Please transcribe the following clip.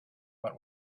but